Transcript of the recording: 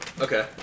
Okay